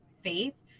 faith